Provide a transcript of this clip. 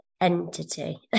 entity